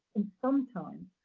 and sometimes,